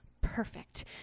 perfect